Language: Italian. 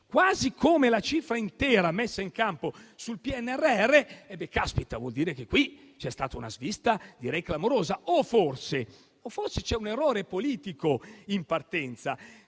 quasi come la cifra intera messa in campo sul PNRR, vuol dire che qui c'è stata una svista clamorosa. O forse c'è un errore politico in partenza,